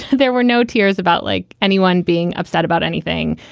there were no tears about like anyone being upset about anything.